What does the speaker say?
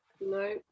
No